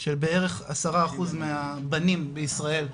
של בערך עשרה אחוז מהבנים בישראל,